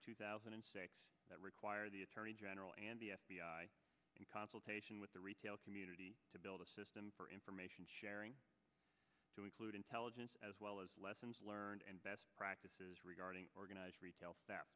two thousand and six that require the attorney general and the f b i in consultation with the retail community to build a system for information sharing to include intelligence as well as lessons learned and best practices regarding organized